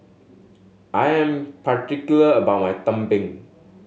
I am particular about my tumpeng